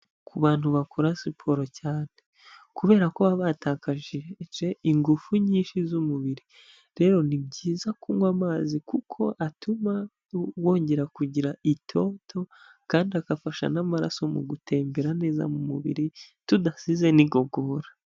Ku bantu bakora siporo cyane kubera ko baba batakaje ingufu nyinshi z'umubiri, rero ni byiza kunywa amazi kuko atuma bongera kugira itoto kandi agafasha n'amaraso mu gutembera neza mu mubiri tudasize n'igogora.